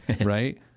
right